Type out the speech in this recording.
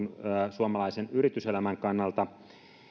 suomalaisen yrityselämän kannalta